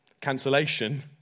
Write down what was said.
cancellation